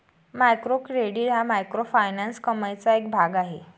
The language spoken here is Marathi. मायक्रो क्रेडिट हा मायक्रोफायनान्स कमाईचा एक भाग आहे